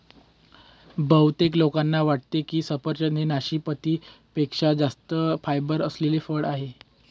बहुतेक लोकांना वाटते की सफरचंद हे नाशपाती पेक्षा जास्त फायबर असलेले फळ आहे